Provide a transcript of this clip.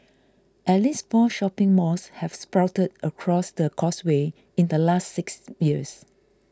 at least four shopping malls have sprouted across the Causeway in the last six years